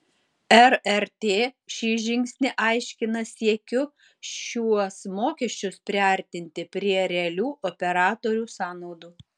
rrt šį žingsnį aiškina siekiu šiuos mokesčius priartinti prie realių operatorių sąnaudų